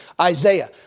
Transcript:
Isaiah